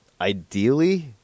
ideally